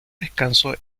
descanso